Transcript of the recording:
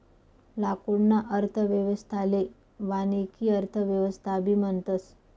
लाकूडना अर्थव्यवस्थाले वानिकी अर्थव्यवस्थाबी म्हणतस